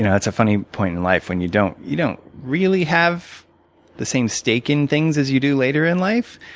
you know it's a funny point in life when you don't you don't really have the same stake in things as you do later in life.